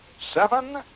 Seven